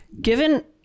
Given